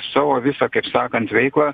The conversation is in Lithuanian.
savo visą kaip sakant veiklą